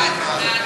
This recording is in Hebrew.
ההצעה